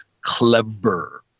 Clever